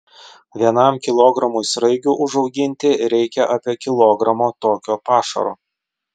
vienam kilogramui sraigių užauginti reikia apie kilogramo tokio pašaro